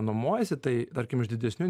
nuomojasi tai tarkim iš didesnių